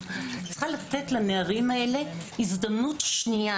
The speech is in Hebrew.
צריכה לתת לנערים האלה הזדמנות שנייה,